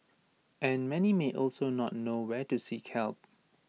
and many may also not know where to seek help